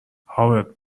هاورد